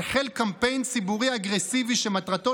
החל קמפיין ציבורי אגרסיבי שמטרתו